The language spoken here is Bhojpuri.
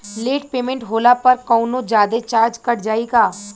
लेट पेमेंट होला पर कौनोजादे चार्ज कट जायी का?